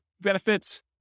benefits